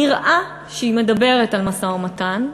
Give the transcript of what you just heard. נראה שהיא מדברת על משא-ומתן,